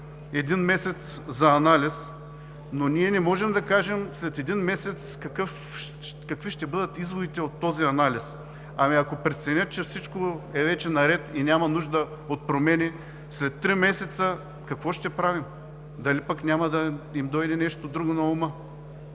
един месец за анализ, но не можем да кажем след един месец какви ще бъдат изводите от този анализ. Ами, ако преценят, че всичко вече е наред и няма нужда от промени, след три месеца какво ще правим? Дали няма да им дойде нещо друго на ума?